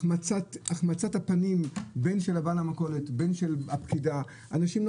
החמצת הפנים בין של בעל המכולת ובין של הפקידה אנשים לא